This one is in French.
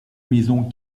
maisons